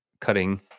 cutting